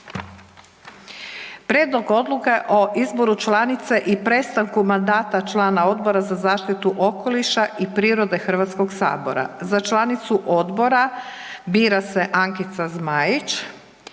Prijedlog Odluke o izboru članice i prestanku mandata člana Odbora za zaštitu okoliša i prirode HS-a; za članicu odbora bira se Ankica Zmajić,